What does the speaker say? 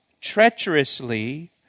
treacherously